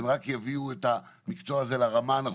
הם רק יביאו את המקצוע הזה לרמה הנכונה,